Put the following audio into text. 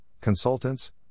consultants